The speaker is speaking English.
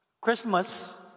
Christmas